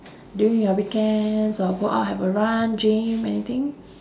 during your weekends or go out have a run gym anything